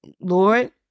Lord